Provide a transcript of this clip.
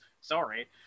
sorry